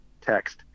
text